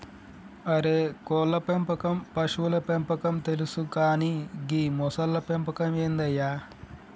అరే కోళ్ళ పెంపకం పశువుల పెంపకం తెలుసు కానీ గీ మొసళ్ల పెంపకం ఏందయ్య